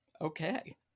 Okay